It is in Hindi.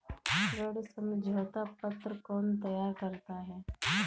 ऋण समझौता पत्र कौन तैयार करता है?